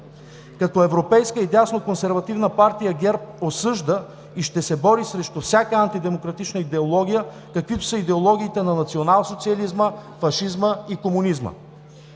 Като европейска и дясна консервативна партия ГЕРБ осъжда и ще се бори срещу всяка антидемократична идеология, каквито са идеологиите на националсоциализма, фашизма и комунизма.